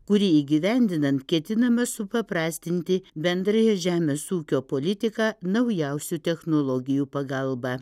kurį įgyvendinant ketinama supaprastinti bendrąją žemės ūkio politiką naujausių technologijų pagalba